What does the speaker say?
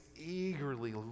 eagerly